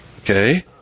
okay